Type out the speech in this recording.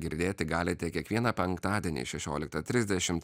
girdėti galite kiekvieną penktadienį šešioliktą trisdešimt